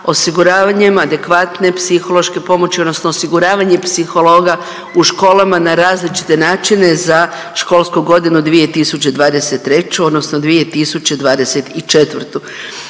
osiguravanjem adekvatne psihološke pomoći odnosno osiguravanje psihologa u školama na različite načine za školsku godinu 2023. odnosno 2024.,